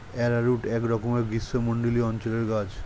arrowroot একরকমের গ্রীষ্মমণ্ডলীয় অঞ্চলের গাছ